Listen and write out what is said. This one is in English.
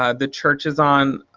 ah the church is on